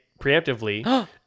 preemptively